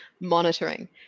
monitoring